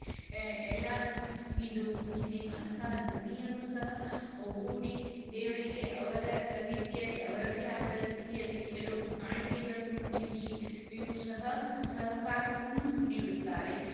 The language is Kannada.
ಎ ಎಲ್ಲ ಹಿಂದೂ ಮುಸ್ಲಿಂ ಅಂಥ ಧರ್ಮೀಯರು ಸಹ ಒಗ್ಗೂಡಿ ದೇವರಿಗೆ ಅವರ ರೀತಿಯಲ್ಲಿ ಅವರದೇ ಆದ ರೀತಿಯಲ್ಲಿ ಕೆಲವು ಕಾಣಿಕೆಗಳನ್ನು ನೀಡಿ ಇವು ಸಹ ಸಹಕಾರವನ್ನು ನೀಡುತ್ತಾರೆ